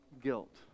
guilt